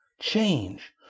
Change